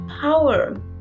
power